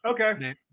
okay